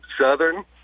Southern